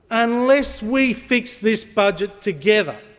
unless we fix this budget together,